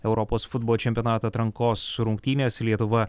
europos futbolo čempionato atrankos rungtynės lietuva